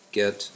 get